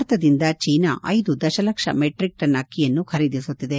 ಭಾರತದಿಂದ ಚೀನ ಐದು ದಶಲಕ್ಷ ಮೆಟ್ರಿಕ್ ಟನ್ ಅಕ್ಕಿಯನ್ನು ಖರೀದಿಸುತ್ತಿದೆ